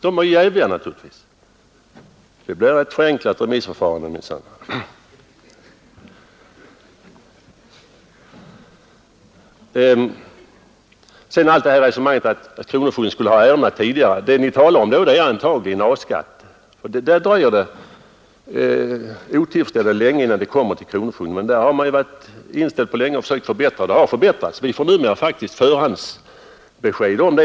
De var jäviga naturligtvis. Det blir minsann ett rätt förenklat remissförfarande enligt herr Nilssons modell. Det har resonerats om att kronofogdarna borde ha ärendena tidigare. Det ni talar om gäller antagligen A-skatt. Där dröjer det otillfredställande länge innan ärendena kommer in till kronofogden. Men man har ju länge varit inställd på att förbättra detta. Det har förbättrats. Kronofogdarna får numera faktiskt förhandsbesked.